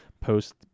post